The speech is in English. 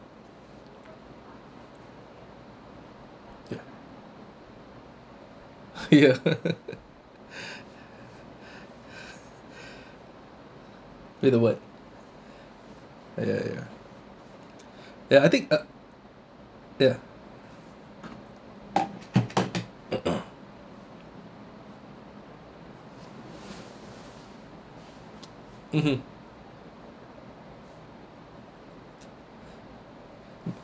ya ya be the one uh ya ya ya ya I think uh ya mmhmm